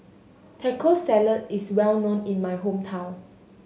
Taco Salad is well known in my hometown